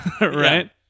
right